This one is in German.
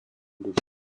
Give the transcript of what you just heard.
durch